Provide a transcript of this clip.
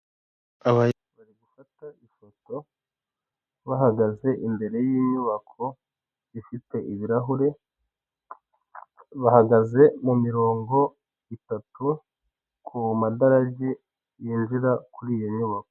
Abayobozi bari gufata ifoto bahagaze imbere y'inyubako ifite ibirahure, bahagaze mu mirongo itatu ku madarage yinjira kuri iyo nyubako.